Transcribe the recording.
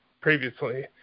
previously